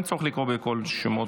לא, אין צורך לקרוא בקול שמות.